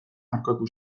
aurkako